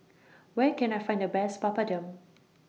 Where Can I Find The Best Papadum